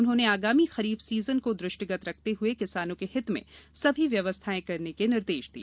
उन्होंने आगामी खरीफ सीजन को दृष्टिगत रखते हुए किसानों के हित में सभी व्यवस्थाएं करने के निर्देश दिए हैं